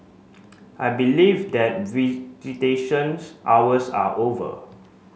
I believe that visitations hours are over